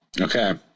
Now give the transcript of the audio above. Okay